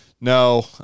No